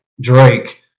Drake